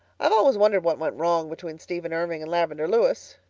i've always wondered what went wrong between stephen irving and lavendar lewis,